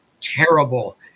terrible